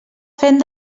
fent